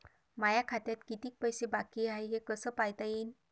माया खात्यात कितीक पैसे बाकी हाय हे कस पायता येईन?